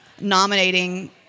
nominating